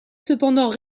cependant